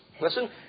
listen